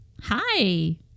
Hi